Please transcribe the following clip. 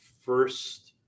first